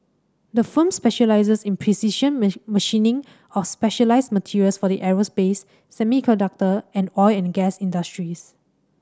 the firm specialises in precision machining of specialised materials for the aerospace semiconductor and oil and gas industries